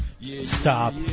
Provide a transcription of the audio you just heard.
Stop